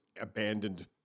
abandoned